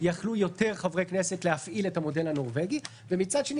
יכלו יותר חברי כנסת להפעיל את "המודל הנורבגי" ומצד שני